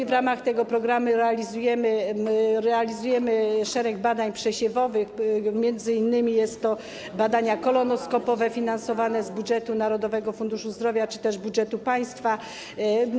W ramach tego programu realizujemy szereg badań przesiewowych, są to m.in. badania kolonoskopowe, finansowane z budżetu Narodowego Funduszu Zdrowia czy też budżetu państwa.